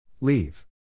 Leave